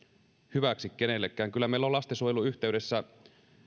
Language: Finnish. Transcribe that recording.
hyväksi kenellekään kyllä meillä on lastensuojelun yhteydessä